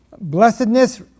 Blessedness